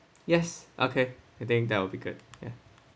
yes okay I think that will be good ya